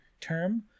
term